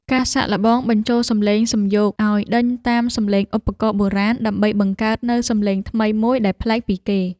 ការសាកល្បងបញ្ចូលសំឡេងសំយោគ ឱ្យដេញតាមសំឡេងឧបករណ៍បុរាណ ដើម្បីបង្កើតនូវសំឡេងថ្មីមួយដែលប្លែកពីគេ។